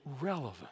relevant